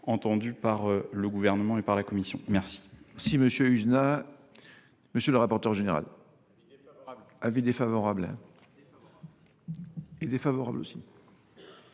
entendue par le Gouvernement et par la commission. Quel